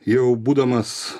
jau būdamas